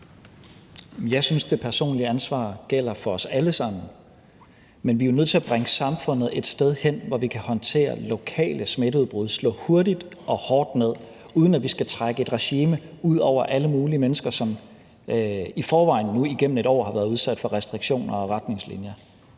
Jeg synes, at det personlige ansvar gælder for os alle sammen, men vi er jo nødt til at bringe samfundet et sted hen, hvor vi kan håndtere lokale smitteudbrud, slå hurtigt og hårdt ned, uden at vi skal trække et regime ud over alle mulige mennesker, som i forvejen nu igennem et år har været udsat for restriktioner og retningslinjer.